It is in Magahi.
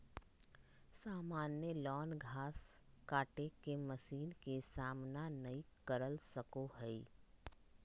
सामान्य लॉन घास काटे के मशीन के सामना नय कर सको हइ